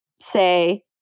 Say